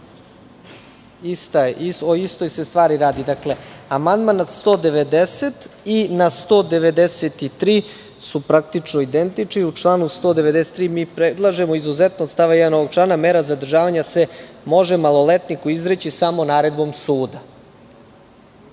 isti. O istoj stvari se radi. Amandman na član 190. i na 193. su praktično identični. U članu 193. predlažemo izuzetno od stava 1 ovog člana, mera zadržavanja se može maloletniku izreći samo naredbom suda.